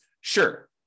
Sure